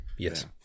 Yes